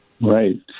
Right